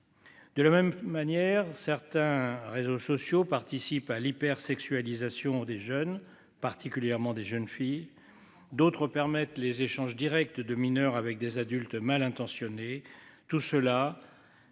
De la même manière. Certains réseaux sociaux participent à l'hyper sexualisation des jeunes particulièrement des jeunes filles. D'autres permettent les échanges Directs de mineurs avec des adultes mal intentionnés tout cela.